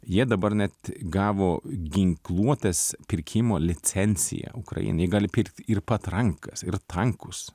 jie dabar net gavo ginkluotės pirkimo licenciją ukrainai jie gali pirkt ir patrankas ir tankus